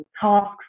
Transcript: tasks